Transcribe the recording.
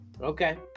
Okay